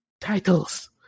titles